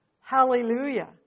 Hallelujah